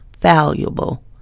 valuable